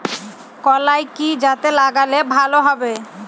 কলাই কি জাতে লাগালে ভালো হবে?